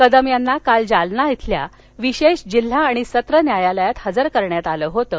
कदम यांना काल जालना खेल्या विशेष जिल्हा आणि सत्र न्यायालयात इजर करण्यात आलं होतं